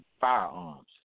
firearms